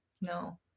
No